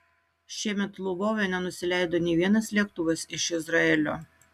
šiemet lvove nenusileido nė vienas lėktuvas iš izraelio